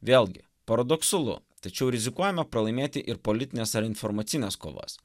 vėlgi paradoksalu tačiau rizikuojame pralaimėti ir politines ar informacines kovas